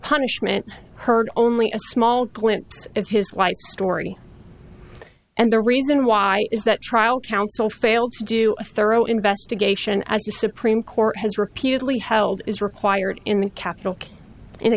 punishment heard only a small glimpse of his life story and the reason why is that trial counsel failed to do a thorough investigation as the supreme court has repeatedly held is required in the capital in